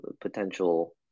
potential